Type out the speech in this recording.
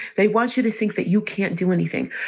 they want you to think that you can't do anything.